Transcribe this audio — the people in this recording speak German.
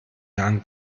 jahren